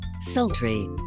Sultry